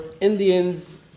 Indians